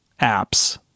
apps